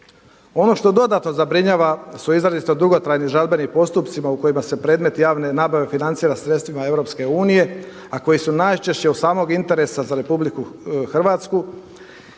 Ono što dodatno zabrinjava su izrazito dugotrajni žalbeni postupci u kojima se predmet javne nabave financira sredstvima Europske unije, a koji su najčešće od samog interesa za Republiku Hrvatsku.